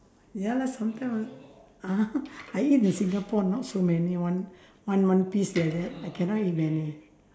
ya lah sometime I'll ah I eat the singapore not so many one one one piece like that I cannot eat many